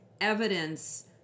evidence